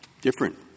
different